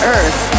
Earth